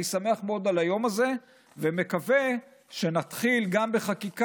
אני שמח מאוד על היום הזה ומקווה שנתחיל גם בחקיקה